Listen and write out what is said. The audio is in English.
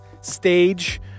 stage